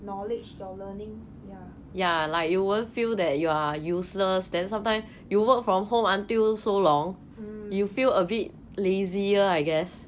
knowledge your learning yeah mm